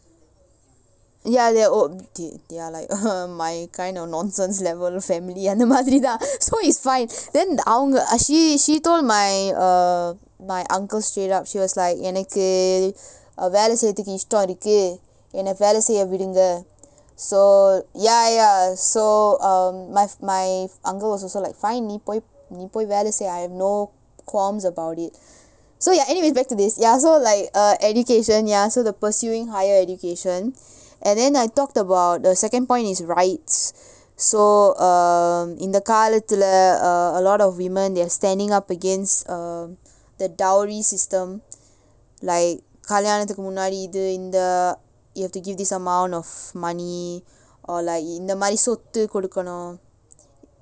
ya they're all okay they're like my kind of nonsense level family அந்த மாதிரிதான்:antha maathirithaan so it's fine then அவங்க:avanga she she told my err my uncle straight up she was like எனக்கு வேல செய்றதுக்கு இஷ்டம் இருக்கு என்ன வேல செய்ய விடுங்க:enakku vela seirathukku ishtam irukku enna vela seiya vidunga so ya ya so um my my uncle was also like fine நீ போய் நீ போய் வேல செய்:nee poi poi vela sei I have no qualms about it so ya anyways back to this ya so like uh education ya so the pursuing higher education and then I talked about the second point is rights so err இந்த காலத்துல:intha kaalaththula uh a lot of women they're standing up against uh the dowry system like கல்யாணத்துக்கு முன்னாடி இது இந்த:kalyaanathuku munnaadi ithu intha you have to give this amount of money or like இந்த மாதிரி சொத்து குடுக்கனும்:intha maathiri soththu kudukanum